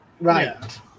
right